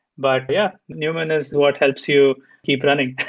but yeah, newman is what helps you keep running.